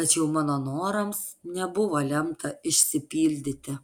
tačiau mano norams nebuvo lemta išsipildyti